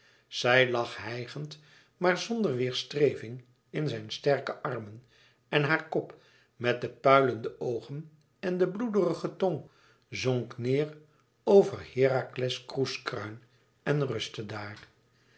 zij lag hijgend maar zonder weêrstreving in zijn sterke armen en haar kop met de puilende oogen en bloederige tong zonk neêr over herakles kroeskruin en rustte daar